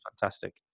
fantastic